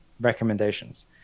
recommendations